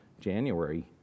January